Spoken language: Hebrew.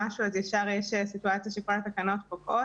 יש סיטואציה בה התקנות פוקעות.